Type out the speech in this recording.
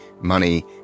money